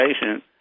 patient